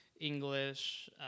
English